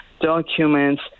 documents